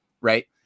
right